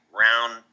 round